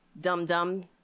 dum-dum